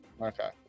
Okay